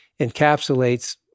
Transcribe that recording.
encapsulates